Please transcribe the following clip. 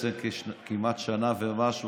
כמעט שנה ומשהו,